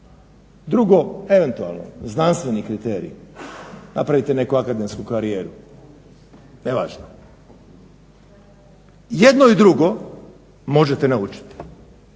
Drugo eventualno znanstveni kriterij. Napravite neku akademsku karijeru, nevažno. Jedno i drugo možete naučiti,